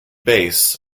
bass